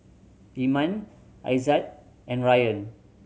Iman Aizat and Ryan